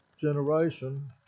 generation